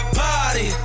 party